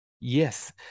Yes